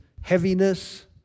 heaviness